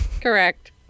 Correct